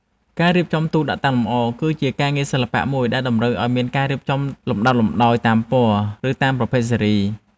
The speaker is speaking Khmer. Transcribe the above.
ការរៀបចំទូដាក់តាំងលម្អ គឺជាការងារសិល្បៈមួយដែលតម្រូវឱ្យមានការរៀបចំលំដាប់លំដោយតាមពណ៌ ឬតាមប្រភេទស៊េរី។